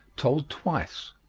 told twice.